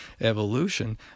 evolution